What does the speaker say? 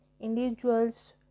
individuals